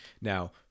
Now